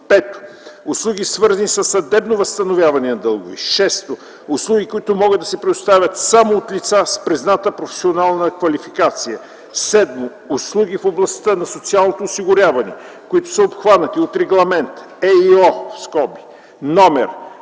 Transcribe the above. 5. услуги свързани със съдебно възстановяване на дългове; 6. услуги, които могат да се предоставят само от лица с призната професионална квалификация; 7. услуги в областта на социалното осигуряване, които са обхванати от Регламент (ЕИО) №